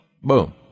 Boom